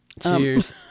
Cheers